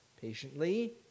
patiently